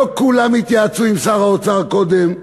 לא כולם התייעצו עם שר האוצר קודם לכן.